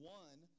one